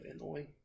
annoying